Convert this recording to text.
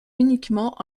uniquement